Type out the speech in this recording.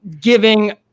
giving